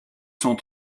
cent